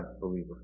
believer